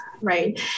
right